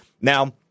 now